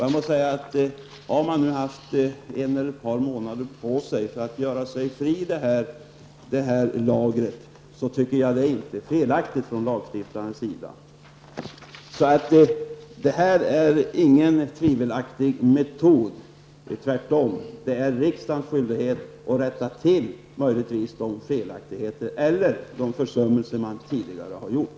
Jag måste säga att om man nu har haft en eller ett par månader på sig för att göra sig fri från lagret, tycker jag inte att det föreligger något fel från lagstiftarens sida. Det är ingen tvivelaktig metod. Det är tvärtom riksdagens skyldighet att rätta till de felaktigheter eller möjliga försummelser man tidigare har gjort.